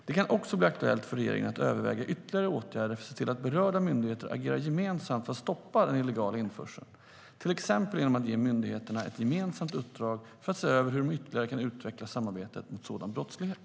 Det kan också bli aktuellt för regeringen att överväga ytterligare åtgärder för att se till att berörda myndigheter agerar gemensamt för att stoppa den illegala införseln, till exempel att ge myndigheterna ett gemensamt uppdrag att se över hur de ytterligare kan utveckla samarbetet mot sådan brottslighet.